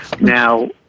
Now